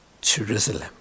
Jerusalem